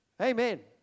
Amen